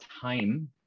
time